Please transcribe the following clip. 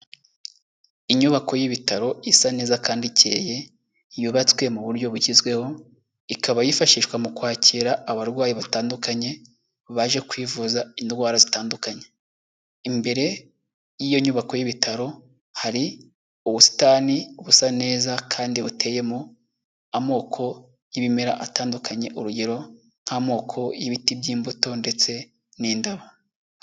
Inyubako y'ibitaro isa neza kandi ikeye yubatswe mu buryo bugezweho, ikaba yifashishwa mu kwakira abarwayi batandukanye baje kwivuza indwara zitandukanye. Imbere y'iyo nyubako y'ibitaro hari ubusitani busa neza kandi buteyemo amoko y'ibimera atandukanye, urugero nk'amoko y'ibiti by'imbuto ndetse n'indabo.